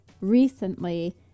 recently